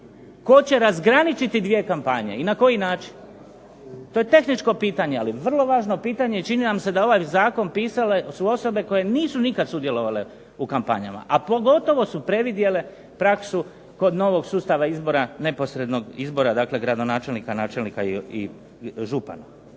Tko će razgraničiti dvije kampanje i na koji način? To je tehničko pitanje, ali vrlo važno pitanje i čini nam se da ovaj zakon pisale su osobe koje nisu nikad sudjelovale u kampanjama, a pogotovo su previdjele praksu kod novog sustava izbora neposrednog izbora dakle gradonačelnika, načelnika i župana.